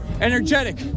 energetic